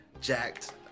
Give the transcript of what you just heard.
Jacked